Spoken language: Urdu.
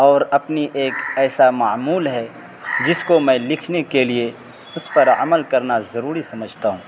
اور اپنی ایک ایسا معمول ہے جس کو میں لکھنے کے لیے اس پر عمل کرنا ضروری سمجھتا ہوں